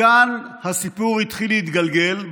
מכאן הסיפור התחיל להתגלגל.